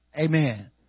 Amen